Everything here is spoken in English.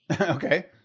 Okay